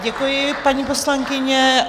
Děkuji, paní poslankyně.